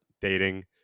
dating